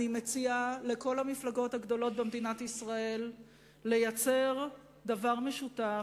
אני מציעה לכל המפלגות הגדולות במדינת ישראל לייצר דבר משותף,